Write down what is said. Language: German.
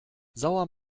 sauer